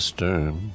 Stern